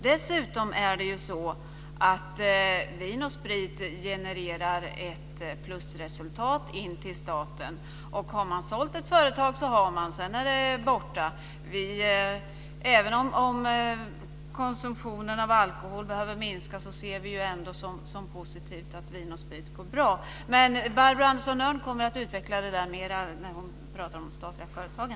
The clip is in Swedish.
Dessutom genererar Vin & Sprit ett plusresultat till staten. Har man sålt ett företag så har man. Då är det borta. Även om konsumtionen av alkohol behöver minskas ser vi det som positivt att Vin & Sprit går bra. Barbro Andersson Öhrn kommer att utveckla det mer när hon pratar om de statliga företagen.